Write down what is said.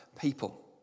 people